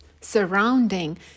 surrounding